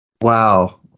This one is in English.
Wow